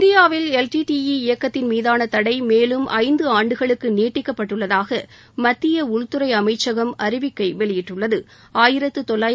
இந்தியாவில் L T T E இயக்கத்தின் மீதான தடை மேலும் ஐந்து ஆண்டுகளுக்கு நீட்டிக்கப்பட்டுள்ளதாக மத்திய உள்துறை அமைச்சகம் அறிவிக்கை வெளியிட்டுள்ளது